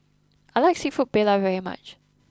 I like Seafood Paella very much